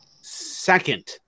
second